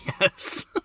Yes